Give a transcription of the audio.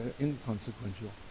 inconsequential